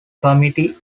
committee